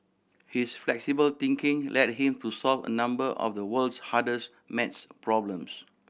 his flexible thinking led him to solve a number of the world's hardest maths problems